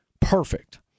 perfect